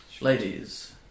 Ladies